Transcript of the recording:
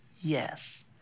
yes